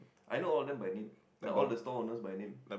I know all of them by name like all the store owners by name